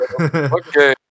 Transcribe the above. Okay